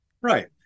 right